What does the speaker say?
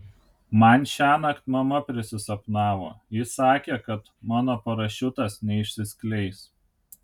man šiąnakt mama prisisapnavo ji sakė kad mano parašiutas neišsiskleis